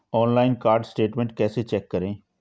Online card statement कैसे check करें?